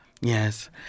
Yes